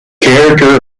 character